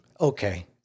Okay